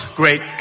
great